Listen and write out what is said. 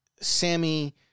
Sammy